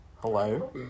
Hello